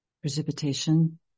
Precipitation